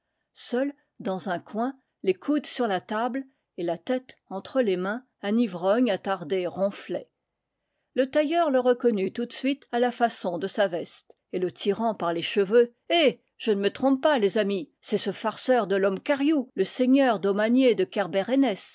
seul dans un coin les coudes sur la table et la tête entre les mains un ivrogne attardé ronflait le tailleur le reconnut tout de suite à la façon de sa veste et le tirant par les cheveux hé je ne me trompe pas les amis c'est ce farceur de lomm kariou le seigneur domanier de